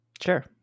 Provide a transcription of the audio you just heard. Sure